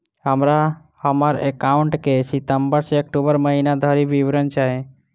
हमरा हम्मर एकाउंट केँ सितम्बर सँ अक्टूबर महीना धरि विवरण चाहि?